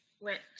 went